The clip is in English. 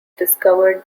discovered